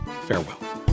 farewell